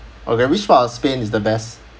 okay which part of spain is the best